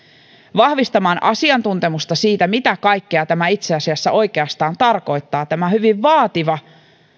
vahvistamaan asiantuntemusta siitä mitä kaikkea tämä oikeastaan tarkoittaa tämä hyvin vaativa